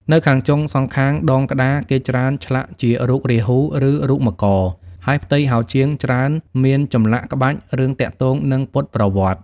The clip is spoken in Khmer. នៅខាងចុង សងខាងដងក្តារ គេច្រើនឆ្លាក់ជារូបរាហ៊ូ ឬ រូបមករ ហើយផ្ទៃហោជាងច្រើនមានចម្លាក់ក្បាច់ រឿងទាក់ទងនឹងពុទ្ធប្រវត្តិ។